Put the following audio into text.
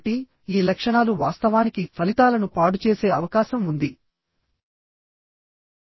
ఇప్పటి వరకు మనం ఏం చెప్పుకున్నామొ మొత్తం సారాంశాన్ని ఈ బొమ్మ లో చూద్దాము